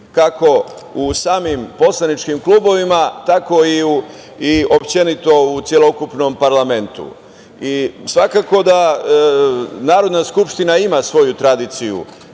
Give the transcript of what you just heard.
kako u samim poslaničkim klubovima, tako i uopšte u celokupnom parlamentu. Svakako da Narodna skupština ima svoju tradiciju